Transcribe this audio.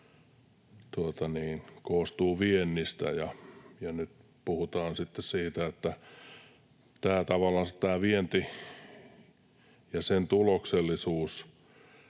koostuu viennistä, ja nyt puhutaan sitten siitä, että tavallaan tämä vienti ja sen tuloksellisuus